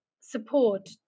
support